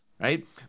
right